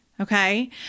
okay